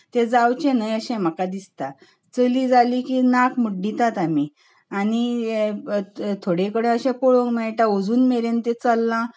ते जावचे न्हय अशें म्हाका दिसता चली जाली की नाक बुड्डीटात आमी आनी थोडे कडेन अशें पळोवंक मेळटा अजून मेरेन तें चललां